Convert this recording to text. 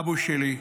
אבוש שלי,